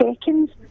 seconds